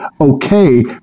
okay